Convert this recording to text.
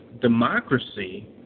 democracy